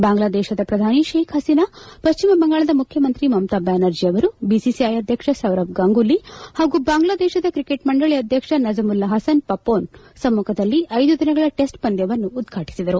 ಬಾಂಗ್ಲಾದೇಶದ ಪ್ರಧಾನಿ ಶೇಖ್ ಪಸೀನಾ ಪಶ್ಚಿಮ ಬಂಗಾಳದ ಮುಖ್ಯಮಂತ್ರಿ ಮಮತಾ ಬ್ಯಾನರ್ಜಿ ಅವರು ಬಿಸಿಸಿಐ ಅಧ್ಯಕ್ಷ ಸೌರವ್ ಗಂಗೊಲಿ ಹಾಗೂ ಬಾಂಗ್ಲಾದೇಶದ ಕ್ರಿಕೆಟ್ ಮಂಡಳಿ ಅಧ್ಯಕ್ಷ ನಜ್ಮುಲ್ಲಾ ಪಸನ್ ಪಮೋನ್ ಸಮ್ಮಖದಲ್ಲಿ ಐದು ದಿನಗಳ ಟೆಸ್ಟ್ ಪಂದ್ಯವನ್ನು ಉದ್ಘಾಟಿಸಿದರು